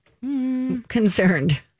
concerned